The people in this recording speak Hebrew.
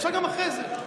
אפשר גם אחרי זה.